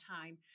time